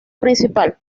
principal